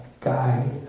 guide